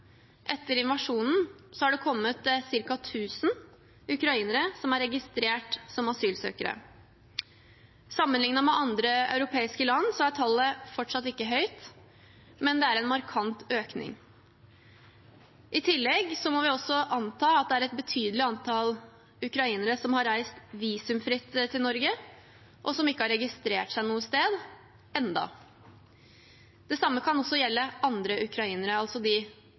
etter invasjonen, har det kommet ca. 1 000 ukrainere som er registrert som asylsøkere. Sammenlignet med andre europeiske land er tallet fortsatt ikke høyt, men det er en markant økning. I tillegg må vi anta at det er et betydelig antall ukrainere som har reist visumfritt til Norge, og som ikke har registrert seg noe sted ennå. Det samme kan også gjelde andre ukrainere, altså